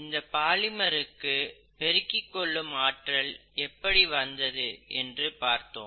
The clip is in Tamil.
இந்தப் பாலிமருக்கு பெருக்கிக் கொள்ளும் ஆற்றல் எப்படி வந்தது என்று பார்த்தோம்